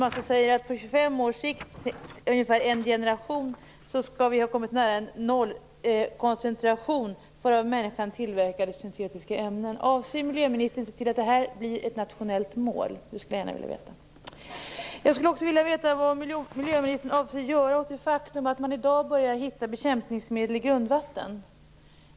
Den säger att vi på 25 års sikt - ungefär en generation - skall ha kommit nära en nollkoncentration för av människan tillverkade syntetiska ämnen. Avser miljöministern att se till att detta blir ett nationellt mål? Det skulle jag gärna vilja veta. Jag skulle också vilja veta vad miljöministern avser att göra åt det faktum att man i dag börjar hitta bekämpningsmedel i grundvatten.